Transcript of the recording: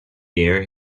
year